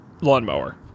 lawnmower